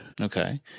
Okay